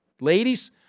ladies